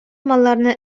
малларны